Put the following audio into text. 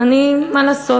אני, כמו שנאמר פה